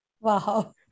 Wow